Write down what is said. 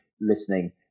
listening